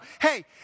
Hey